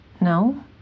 No